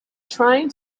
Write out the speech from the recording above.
trying